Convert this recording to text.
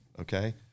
Okay